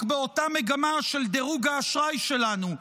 באותה מגמה של דירוג האשראי שלנו,